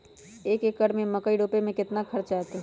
एक एकर में मकई रोपे में कितना खर्च अतै?